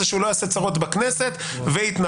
שהוא לא יעשה צרות בכנסת ו"יתנרבג".